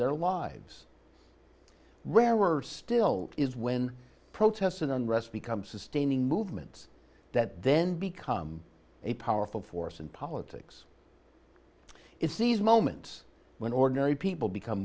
their lives rare worse still is when protests in unrest become sustaining movements that then become a powerful force in politics it sees moments when ordinary people become